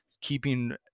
keeping